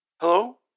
Hello